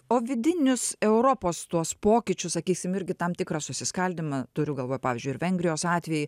o vidinius europos tuos pokyčius sakysim irgi tam tikrą susiskaldymą turiu galvoj pavyzdžiui ir vengrijos atvejį